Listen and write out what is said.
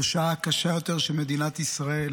בשעה הקשה ביותר של מדינת ישראל